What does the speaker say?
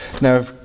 Now